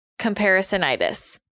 comparisonitis